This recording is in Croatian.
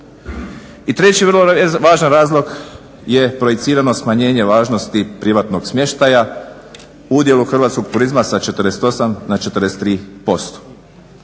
I treći vrlo važan razlog je projicirano smanjenje važnosti privatnog smještaja u udjelu hrvatskog turizma sa 48 na 43%.